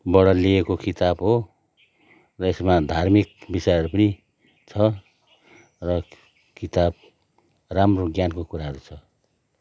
बाट लिएको किताब हो र यसमा धार्मिक विषयहरू पनि छ र किताब राम्रो ज्ञानको कुराहरू छ